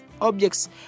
objects